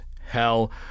hell